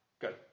Good